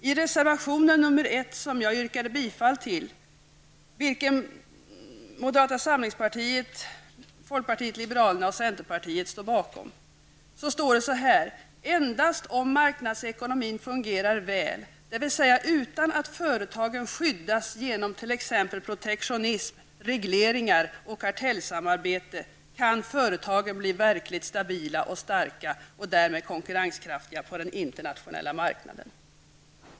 I reservation 1, som jag yrkade bifall till och som moderata samlingspartiet, folkpartiet liberalerna och centerpartiet står bakom, står det så här: ''Endast om marknadsekonomin fungerar väl, dvs. utan att företagen skyddas genom t.ex. protektionism, regleringar och kartellsamarbete, kan företagen bli verkligt stabila och starka och därmed konkurrenskraftiga på den internationella marknaden.''